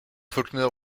faulkner